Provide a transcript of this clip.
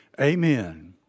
Amen